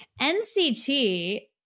NCT